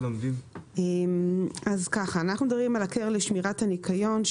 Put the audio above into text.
אנחנו מדברים על הקרן לשמירת הניקיון,